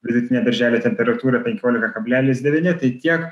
rytinė birželio temperatūra penkiolika kablelis devyni tai tiek